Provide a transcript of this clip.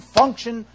function